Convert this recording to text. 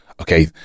Okay